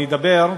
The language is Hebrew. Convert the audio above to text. אני אדבר,